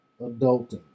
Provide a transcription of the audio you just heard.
adulting